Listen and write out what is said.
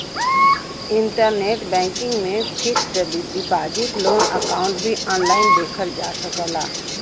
internet banking में fixed deposit loan account भी online देखल जा सकल जाला